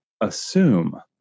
assume